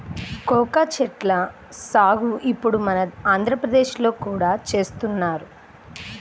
cocoa చెట్ల సాగు ఇప్పుడు మన ఆంధ్రప్రదేశ్ లో కూడా చేస్తున్నారు